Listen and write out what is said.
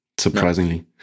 surprisingly